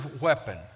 weapon